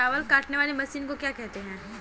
चावल काटने वाली मशीन को क्या कहते हैं?